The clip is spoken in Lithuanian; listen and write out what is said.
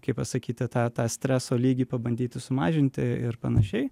kaip pasakyti tą tą streso lygį pabandyti sumažinti ir panašiai